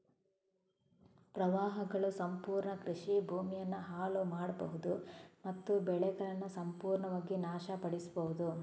ಪ್ರವಾಹಗಳು ಸಂಪೂರ್ಣ ಕೃಷಿ ಭೂಮಿಯನ್ನ ಹಾಳು ಮಾಡ್ಬಹುದು ಮತ್ತು ಬೆಳೆಗಳನ್ನ ಸಂಪೂರ್ಣವಾಗಿ ನಾಶ ಪಡಿಸ್ಬಹುದು